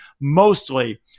mostly